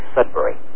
Sudbury